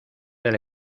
del